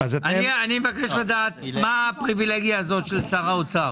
אני מבקשת לדעת מה הפריבילגיה הזאת של שר האוצר.